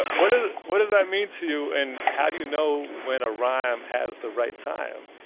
what ah what does that mean to you? and how do you know when a rhyme has the right time?